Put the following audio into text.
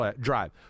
drive